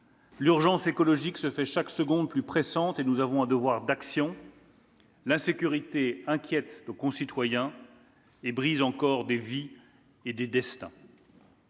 L'urgence écologique se fait chaque seconde plus pressante, et nous avons un devoir d'action. L'insécurité inquiète nos concitoyens et brise encore des vies et des destins.